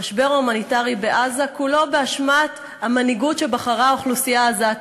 המשבר ההומניטרי בעזה כולו באשמת המנהיגות שבחרה האוכלוסייה העזתית,